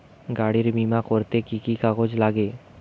গাড়ীর বিমা করতে কি কি কাগজ লাগে?